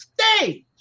stage